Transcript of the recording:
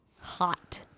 Hot